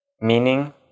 meaning